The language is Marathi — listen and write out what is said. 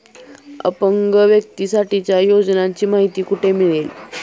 अपंग व्यक्तीसाठीच्या योजनांची माहिती कुठे मिळेल?